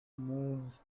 moves